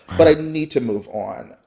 but i need to move on.